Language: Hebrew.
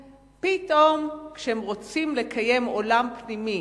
פתאום, כשהם רוצים לקיים עולם פנימי